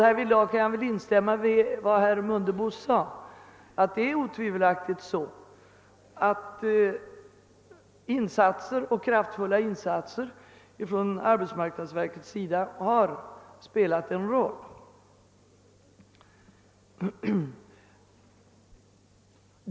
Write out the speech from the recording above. Därvidlag kan jag instämma i vad herr Mundebo sade, nämligen att arbetsmarknadsverkets kraftfulla insatser otvivelaktigt spelat en roll.